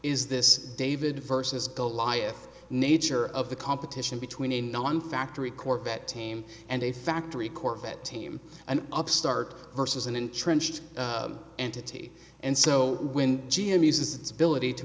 is this david versus goliath nature of the competition between a non factory corvette team and a factory corvette team an upstart versus an entrenched entity and so when